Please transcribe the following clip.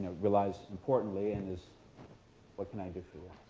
realized importantly and is what can i do for you?